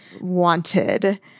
wanted